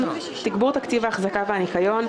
תגבור תקציב האחזקה והניקיון,